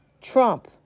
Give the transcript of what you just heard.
Trump